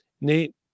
Nate